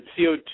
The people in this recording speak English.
CO2